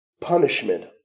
punishment